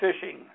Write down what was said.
fishing